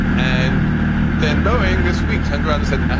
and then boeing this week turned around and said,